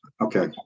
okay